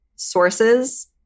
sources